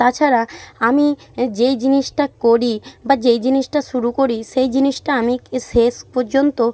তাছাড়া আমি যেই জিনিসটা করি বা যেই জিনিসটা শুরু করি সেই জিনিসটা আমি শেষ পর্যন্ত